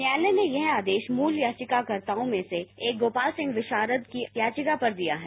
न्यायालय ने यह आदेश मूल याचिकाकर्ताओं में से एक गोपाल सिंह विषारद की याचिका पर दिया है